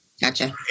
Gotcha